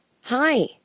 Hi